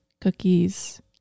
cookies